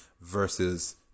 versus